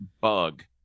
bug